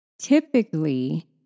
Typically